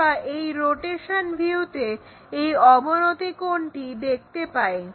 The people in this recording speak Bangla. আমরা এই রোটেশন ভিউতে এই অবনতি কোনটি দেখতে পাই